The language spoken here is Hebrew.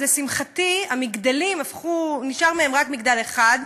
אז, לשמחתי, המגדלים, נשאר מהם רק מגדל אחד.